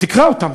תקרא אותם,